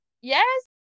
yes